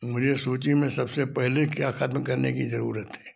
मुझे सूची में से सबसे पहले क्या खत्म करने की जरूरत है